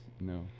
No